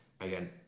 again